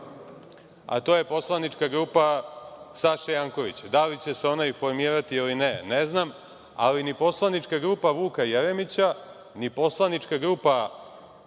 a to je poslanička grupa Saše Jankovića. Da li će se ona i formirati ili ne, ne znam, ali ni poslanička grupa Vuka Jeremića ni poslanička grupa,